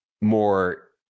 more